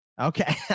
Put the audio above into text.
Okay